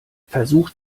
versucht